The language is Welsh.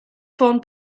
ffôn